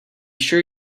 sure